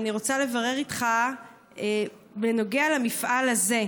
אני רוצה לברר איתך בנוגע למפעל הזה.